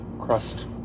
Crust